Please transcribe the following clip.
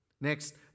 Next